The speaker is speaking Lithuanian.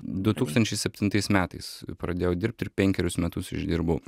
du tūkstančiai septintais metais pradėjau dirbt ir penkerius metus išdirbau